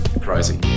crazy